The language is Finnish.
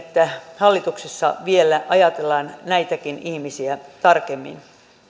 että hallituksessa vielä ajatellaan näitäkin ihmisiä tarkemmin